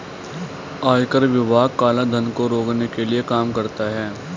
आयकर विभाग काला धन को रोकने के लिए काम करता है